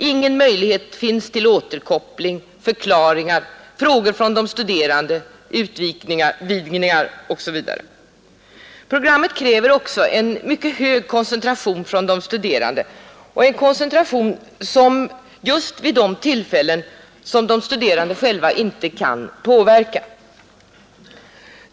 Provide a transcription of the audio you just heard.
Ingen möjlighet finns till återkoppling, förklaringar, frågor från de studerande, utvidgningar etc. Programmet kräver också en mycket hög koncentration från de studerande, dessutom just vid de tillfällen som de studerande inte själva kan påverka.